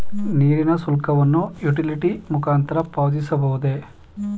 ನೀರಿನ ಶುಲ್ಕವನ್ನು ಯುಟಿಲಿಟಿ ಮುಖಾಂತರ ಪಾವತಿಸಬಹುದೇ?